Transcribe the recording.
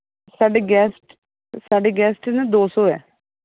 ਸਾਡੇ ਗੈਸਟ ਸਾਡੇ ਗੈਸਟ ਨਾ ਦੋ ਸੌ ਹੈ